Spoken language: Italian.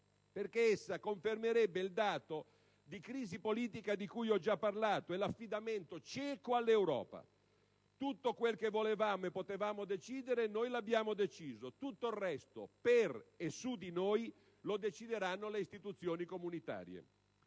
luogo, essa confermerebbe infatti il dato di crisi politica di cui ho già parlato e l'affidamento cieco all'Europa: «tutto quel che volevamo e potevamo decidere noi l'abbiamo deciso; tutto il resto, per e su di noi, lo decideranno le istituzioni comunitarie».